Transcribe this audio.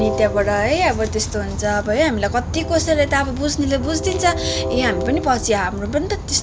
अनि त्यहाँबाट है अब त्यस्तो हुन्छ अब हामीलाई कति कसैले त अब बुझ्नेले बुझिदिन्छ ए हामी पनि पछि हाम्रो पनि त त्यस्तै